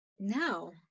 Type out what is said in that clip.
No